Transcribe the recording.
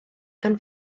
gan